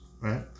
right